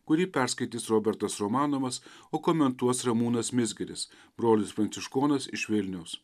kurį perskaitys robertas romanovas o komentuos ramūnas mizgiris brolis pranciškonas iš vilniaus